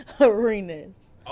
Arenas